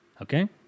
Okay